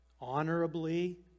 honorably